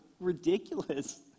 ridiculous